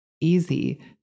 easy